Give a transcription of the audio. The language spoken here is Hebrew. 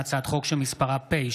הודעה למזכיר הכנסת, בבקשה.